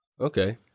Okay